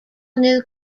new